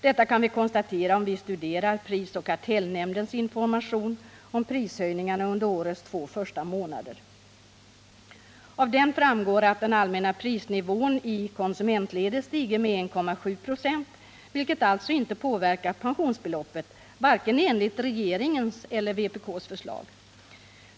Detta kan vi konstatera om vi studerar prisoch kartellnämndens information om prishöjningarna under årets två första månader. Av den framgår att den allmänna prisnivån i konsumentledet stigit med 1,7 96, vilket alltså inte påverkar pensionsbeloppet enligt vare sig regeringens eller vpk:s förslag.